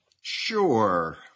Sure